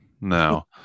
no